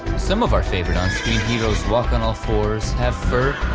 some of our favorite on-screen heroes walk on all fours, have fur,